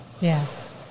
Yes